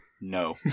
No